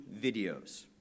videos